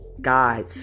God